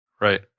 Right